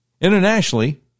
Internationally